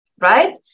right